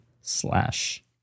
slash